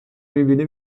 میبینه